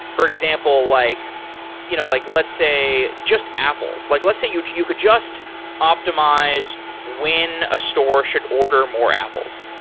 for example, like you know like let's say just apples. like let's say you you could just optimize when a store should order more apples.